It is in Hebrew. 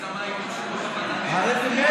שהחוק יקודם בהסכמה עם יושב-ראש הוועדה.